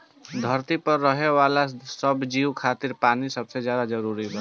धरती पर रहे वाला सब जीव खातिर पानी सबसे जरूरी बा